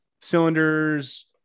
Cylinders